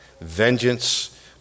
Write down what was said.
Vengeance